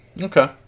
Okay